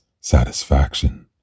satisfaction